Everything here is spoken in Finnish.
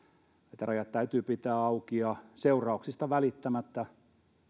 että rajat täytyy pitää auki seurauksista välittämättä